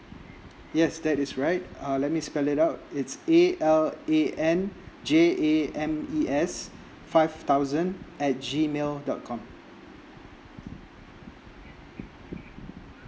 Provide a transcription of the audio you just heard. yes that is right uh let me spell it out it's A L A N J A M E S five thousand at G mail dot com